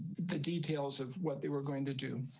the details of what they were going to do.